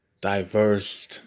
Diverse